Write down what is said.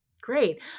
Great